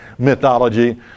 mythology